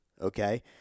okay